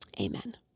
amen